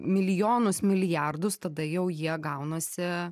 milijonus milijardus tada jau jie gaunasi